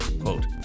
Quote